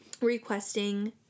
requesting